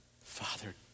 Father